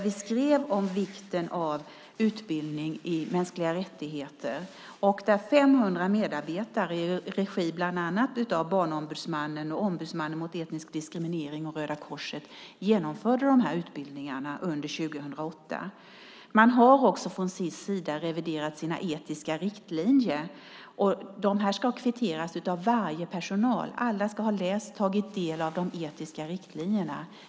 Vi skrev där om vikten av utbildning i mänskliga rättigheter. Det var 500 medarbetare som fick utbildning i regi av bland annat Barnombudsmannen, Ombudsmannen mot etnisk diskriminering och Röda Korset. De genomförde utbildningarna under år 2008. Man har också från Sis sida reviderat sina etiska riktlinjer. De ska kvitteras av alla i personalen. Alla ska ha läst och tagit del av de etiska riktlinjerna.